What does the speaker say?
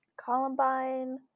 Columbine